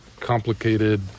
complicated